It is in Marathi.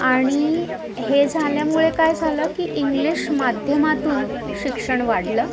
आणि हे झाल्यामुळे काय झालं की इंग्लिश माध्यमातून शिक्षण वाढलं